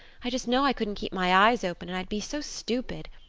i just know i couldn't keep my eyes open and i'd be so stupid.